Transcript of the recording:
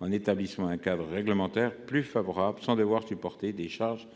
en établissant un cadre réglementaire plus favorable sans devoir supporter de charges